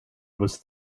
was